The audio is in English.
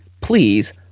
Please